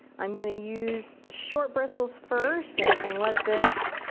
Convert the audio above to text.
i'm gonna use the short bristles first and and let this